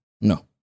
No